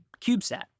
CubeSat